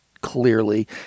clearly